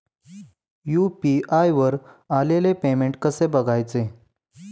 UPI वर आलेले payment कसे बघायचे?